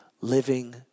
living